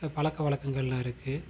க பழக்கவலக்கங்கள்லாம் இருக்குது